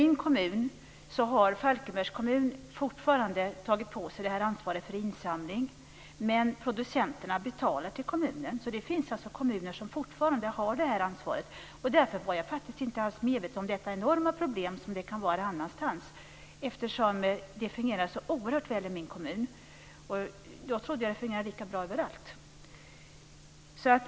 Min kommun, Falkenbergs kommun, tar fortfarande på sig ansvaret för insamling. Men producenterna betalar till kommunen. Det finns alltså kommuner som fortfarande har detta ansvar. Därför var jag faktiskt inte alls medveten om det enorma problem som det kan vara på andra ställen. Det fungerar oerhört väl i min kommun. Jag trodde att det fungerade lika bra överallt.